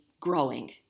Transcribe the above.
growing